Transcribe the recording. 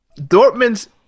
Dortmund's